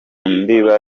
ndiba